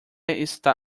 está